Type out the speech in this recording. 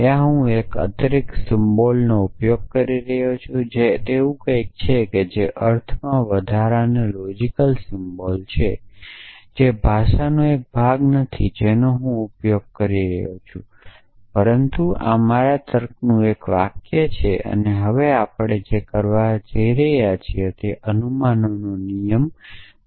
ત્યાં હું એક અતિરિક્ત સિમ્બોલનો ઉપયોગ કરી રહ્યો છું જે તેવું કંઈક છે જે અર્થમાં વધારાની લોજિકલ સિમ્બોલ છે તે ભાષાનો એક ભાગ નથી જેનો હું ઉપયોગ કરી રહ્યો છું પરંતુ આ મારા તર્ક નું એક વાક્ય છે અને આપણે હવે જે કહી રહ્યા છીએ તે અનુમાનનો નિયમ માન્ય છે